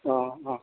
অ অ